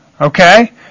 Okay